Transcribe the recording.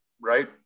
right